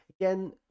again